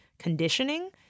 conditioning